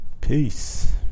Peace